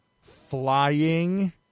flying